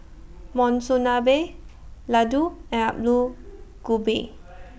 Monsunabe Ladoo and Alu Gobi